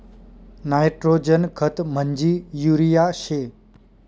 nitrogen खत म्हंजी urea शे